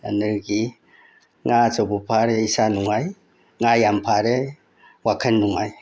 ꯑꯗꯒꯤ ꯉꯥ ꯑꯆꯧꯕ ꯐꯥꯔꯦ ꯏꯁꯥ ꯅꯨꯡꯉꯥꯏ ꯉꯥ ꯌꯥꯝ ꯐꯥꯔꯦ ꯋꯥꯈꯜ ꯅꯨꯡꯉꯥꯏ